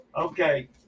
Okay